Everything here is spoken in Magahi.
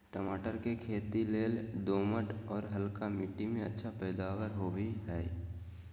टमाटर के खेती लेल दोमट, आर हल्का मिट्टी में अच्छा पैदावार होवई हई